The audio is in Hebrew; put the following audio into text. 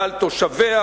ועל תושביה,